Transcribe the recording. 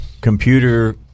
computer